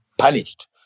Punished